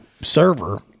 server